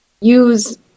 use